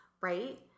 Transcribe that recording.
right